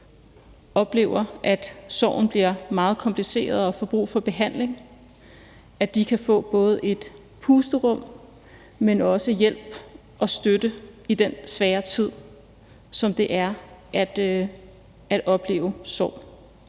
oplever, at sorgen bliver meget kompliceret, og får brug for behandling, kan få både et pusterum, men også hjælp og støtte i den svære tid, som det er at opleve sorg.